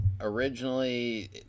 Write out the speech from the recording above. Originally